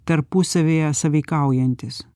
tarpusavyje sąveikaujantys